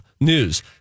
news